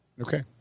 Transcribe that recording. Okay